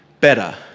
better